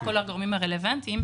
כל הגורמים הרלוונטיים.